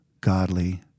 godly